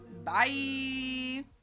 Bye